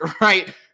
right